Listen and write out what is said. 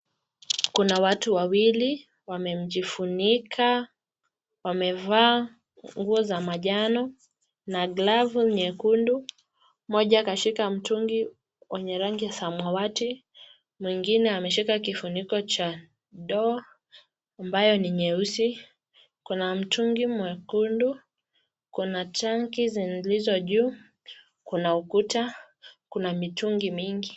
Kuna watu wawili wamejifunika wamefaa nguo za machano na kilafu chekundu moja kashika mtungi zenye rangi samawadi mwingine ameshika kifuniko cha ndoo ambayo ni nyeuzi Kuna mtugi nyekundu kana tangi siliso juu Kuna ukuta Kuna mitungi mingi.